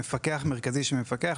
מפקח מרכזי שמפקח.